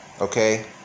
okay